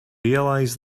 realize